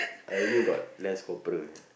I only got lance corporal only